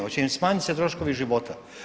Hoće im smanjit se troškovi života?